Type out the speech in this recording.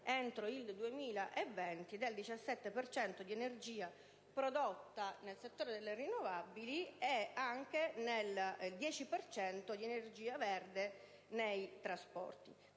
entro il 2020 del 17 per cento di energia prodotta nel settore delle rinnovabili e del 10 per cento di energia verde nei trasporti.